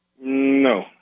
No